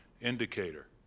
indicator